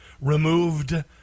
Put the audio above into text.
removed